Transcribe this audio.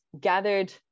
gathered